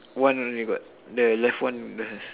one only got the left one don't have